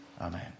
Amen